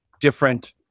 different